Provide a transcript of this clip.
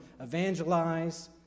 evangelize